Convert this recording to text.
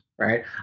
Right